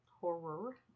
Horror